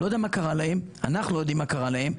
אנחנו לא יודעים מה קרה להם.